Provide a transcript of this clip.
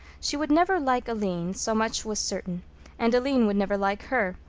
she would never like aline, so much was certain and aline would never like her,